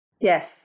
yes